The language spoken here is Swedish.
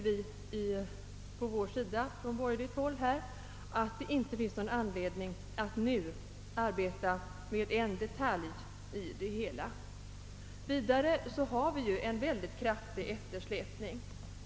Vi tycker därför på borgerligt håll att det inte finns någon anledning att nu ta upp en detalj i det hela. Vidare har patentverket i fråga om patentansökningar en mycket kraftig eftersläpning.